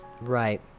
Right